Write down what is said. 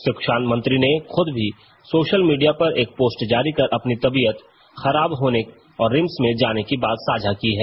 शिक्षा मंत्री ने खुद भी सोशल मीडिया पर एक पोस्ट जारी कर अपनी तबीयत खराब होने और रिम्स में जाने की बात साझा की है